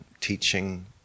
teaching